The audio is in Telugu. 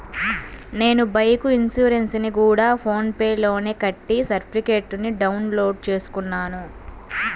నేను బైకు ఇన్సురెన్సుని గూడా ఫోన్ పే లోనే కట్టి సర్టిఫికేట్టుని డౌన్ లోడు చేసుకున్నాను